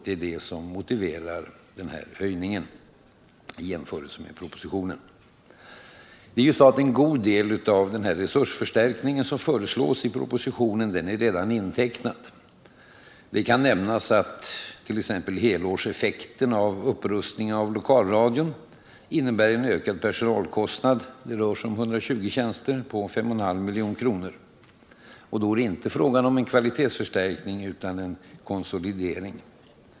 Det är det som motiverar höjningen i förhållande till propositionens förslag. En god del av den resursförstärkning som föreslås i propositionen är dessutom redan intecknad. Det kan nämnas att t.ex. helårseffekten av upprustningen av lokalradion innebär en ökning av personalkostnaden — det rör sig om 120 tjänster — med 5 1/2 milj.kr. Då är det inte fråga om en kvalitetsförstärkning utan om en konsolidering.